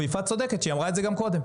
יפעת צודקת, והיא אמרה את זה גם קודם.